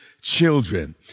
children